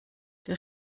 der